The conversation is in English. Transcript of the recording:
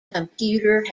computer